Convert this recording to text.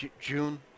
June